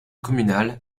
communale